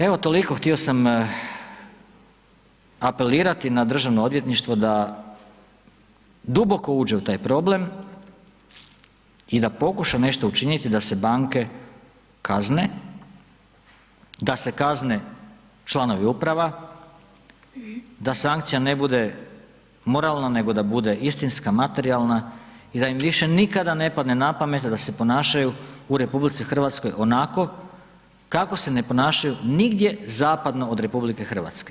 Evo toliko, htio sam apelirati na Državno odvjetništvo da duboko uđe u taj problem i da pokuša nešto učiniti da se banke kazne, da se kazne članovi upravi, da sankcija ne bude moralna, nego da bude istinska materijalna i da im više nikada ne pada na pamet da se ponašaju u RH onako kako se ne ponašaju nigdje zapadno od RH.